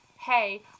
hey